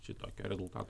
šitokio rezultato